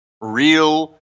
real